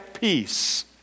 peace